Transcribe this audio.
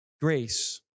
Grace